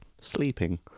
sleeping